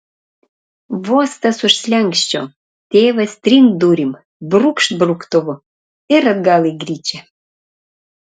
vos tas už slenksčio tėvas trinkt durim brūkšt brauktuvu ir atgal į gryčią